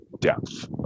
depth